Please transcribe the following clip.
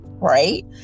right